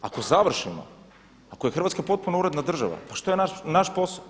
Ako završimo, ako je Hrvatska potpuno uredna država pa što je naš posao?